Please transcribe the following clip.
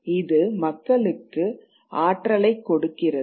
இது மக்களுக்கு ஆற்றலைக் கொடுக்கிறது